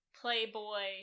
playboy